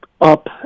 up